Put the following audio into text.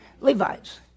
Levites